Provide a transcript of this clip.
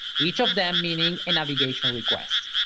each of them meaning a navigation request.